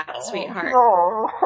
sweetheart